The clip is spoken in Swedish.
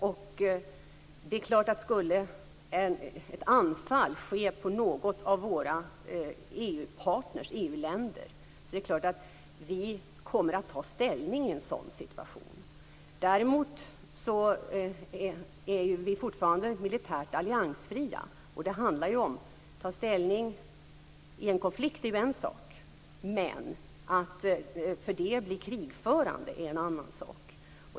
Skulle det ske ett anfall mot någon av våra EU-partner är det klart att vi kommer att ställning i en sådan situation. Däremot är vi fortfarande militärt alliansfria. Att ta ställning i en konflikt är ju en sak. Men att för den sakens skull bli krigförande är en annan sak.